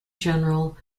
general